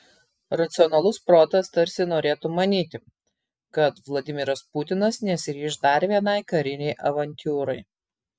racionalus protas tarsi norėtų manyti kad vladimiras putinas nesiryš dar vienai karinei avantiūrai